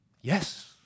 Yes